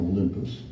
Olympus